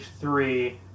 three